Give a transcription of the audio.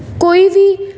ਕੋਈ ਵੀ